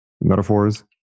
Metaphors